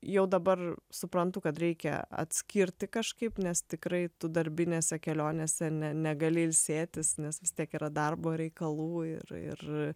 jau dabar suprantu kad reikia atskirti kažkaip nes tikrai tu darbinėse kelionėse ne negali ilsėtis nes vis tiek yra darbo reikalų ir ir